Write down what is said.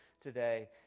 today